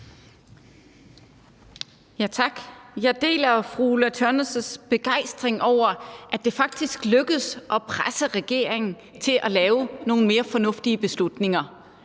Tak. Jeg deler fru Ulla Tørnæs' begejstring over, at det faktisk lykkedes at presse regeringen til at tage nogle mere fornuftige beslutninger.